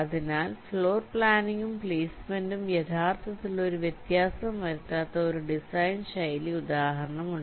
അതിനാൽ ഫ്ലോർപ്ലാനിംഗും പ്ലെയ്സ്മെന്റും യഥാർത്ഥത്തിൽ ഒരു വ്യത്യാസവും വരുത്താത്ത ഒരു ഡിസൈൻ ശൈലി ഉദാഹരണമുണ്ട്